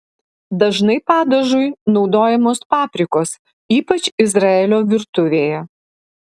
dažnai padažui naudojamos paprikos ypač izraelio virtuvėje